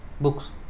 books